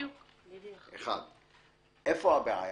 איפה הבעיה?